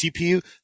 CPU